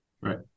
Right